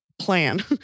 plan